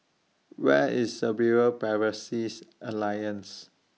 Where IS Cerebral Palsy Alliance